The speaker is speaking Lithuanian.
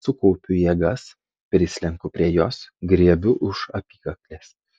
sukaupiu jėgas prislenku prie jos griebiu už apykaklės